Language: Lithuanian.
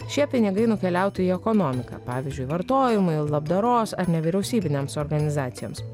šie pinigai nukeliautų į ekonomiką pavyzdžiui vartojimui labdaros ar nevyriausybinėms organizacijoms